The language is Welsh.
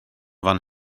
fan